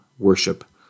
worship